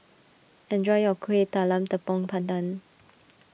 enjoy your Kueh Talam Tepong Pandan